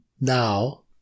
now